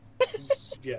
Yes